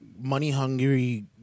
money-hungry